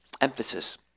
emphasis